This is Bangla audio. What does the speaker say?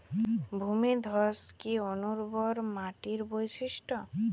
ভূমিধস কি অনুর্বর মাটির বৈশিষ্ট্য?